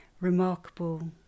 remarkable